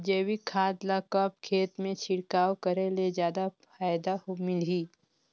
जैविक खाद ल कब खेत मे छिड़काव करे ले जादा फायदा मिलही?